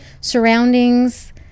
surroundings